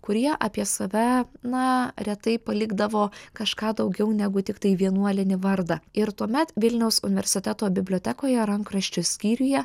kurie apie save na retai palikdavo kažką daugiau negu tiktai vienuolinį vardą ir tuomet vilniaus universiteto bibliotekoje rankraščių skyriuje